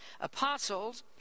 apostles